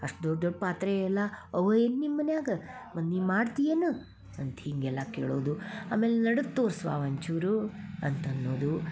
ಅಷ್ಟು ದೊಡ್ಡ ದೊಡ್ಡ ಪಾತ್ರೆ ಎಲ್ಲ ಅವೆ ಏನು ನಿಮ್ಮ ಮನೆಯಾಗ ಮತ್ತು ನೀ ಮಾಡ್ತಿಯೇನು ಅಂತ ಹೀಗೆಲ್ಲ ಕೇಳೋದು ಆಮೇಲೆ ನಡದು ತೋರ್ಸವ್ವಾ ಒಂಚೂರು ಅಂತ ಅನ್ನೋದು